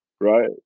right